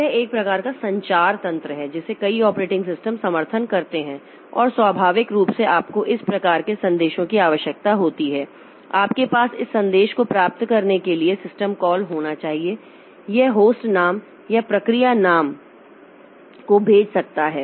तो यह एक प्रकार का संचार तंत्र है जिसे कई ऑपरेटिंग सिस्टम समर्थन करते हैं और स्वाभाविक रूप से आपको इस प्रकार के संदेशों की आवश्यकता होती है आपके पास इस संदेश को प्राप्त करने के लिए सिस्टम कॉल होना चाहिए यह होस्ट नाम या प्रक्रिया नाम को भेज सकता है